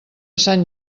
sant